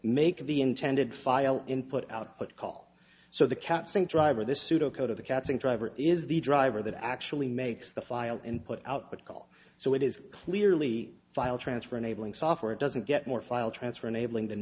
make the intended file input output call so the cat sync driver this pseudo code of the cats and driver is the driver that actually makes the file input output call so it is clearly file transfer enabling software doesn't get more file transfer enabling th